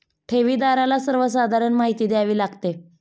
ठेवीदाराला सर्वसाधारण माहिती द्यावी लागते